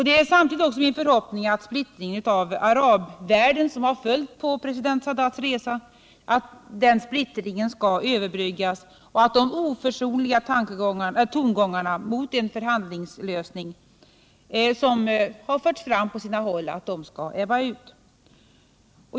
Det är samtidigt också min förhoppning att splittringen i arabvärlden, 125 som följt på president Sadats resa, skall överbryggas och att de oförsonliga tongångarna mot en förhandlingslösning, som har förts fram på sina håll, skall ebba ut.